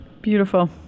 Beautiful